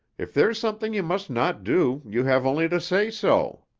if there's something you must not do, you have only to say so.